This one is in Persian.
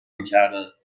میکردند